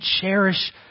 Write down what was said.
cherish